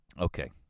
Okay